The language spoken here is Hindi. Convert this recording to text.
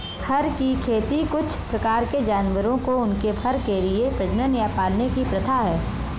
फर की खेती कुछ प्रकार के जानवरों को उनके फर के लिए प्रजनन या पालने की प्रथा है